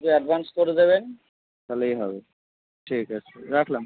দিয়ে অ্যাডভান্স করে দেবেন তালেই হবে ঠিক আছে রাখলাম